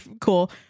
cool